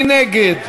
מי נגד?